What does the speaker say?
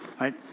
right